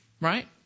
Right